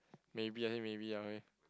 maybe I say maybe ah okay